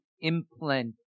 implant